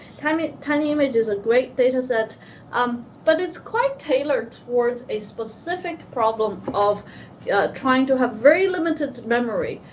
kind of tiny image is a great dataset um but it's quite tailored towards a specific problem of yeah trying to have very limited memory,